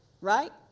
right